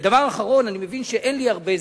ודבר אחרון, אני מבין שאין לי הרבה זמן,